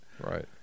right